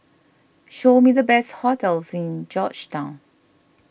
show me the best hotels in Georgetown